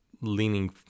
leaning